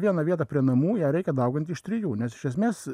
vieną vietą prie namų ją reikia dauginti iš trijų nes iš esmės